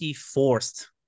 forced